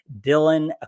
Dylan